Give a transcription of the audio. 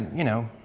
you know,